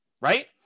Right